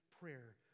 prayer